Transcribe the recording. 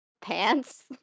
pants